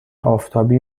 آفتابی